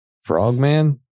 Frogman